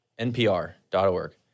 NPR.org